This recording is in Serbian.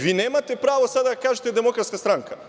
Vi nemate pravo sada da kažete Demokratska stranka.